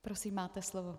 Prosím, máte slovo.